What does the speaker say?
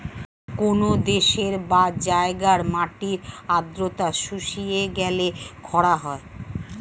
কোন দেশের বা জায়গার মাটির আর্দ্রতা শুষিয়ে গেলে খরা হয়